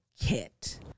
kit